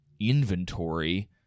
inventory